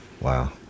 Wow